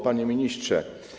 Panie Ministrze!